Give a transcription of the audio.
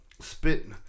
spit